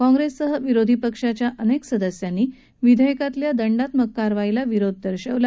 काँग्रेससह विरोधी पक्षाच्या अनेक सदस्यांनी या विधेयकातल्या दंडात्मक कारवाईला विरोध दर्शवला